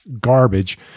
garbage